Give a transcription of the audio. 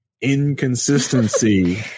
inconsistency